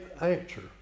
answer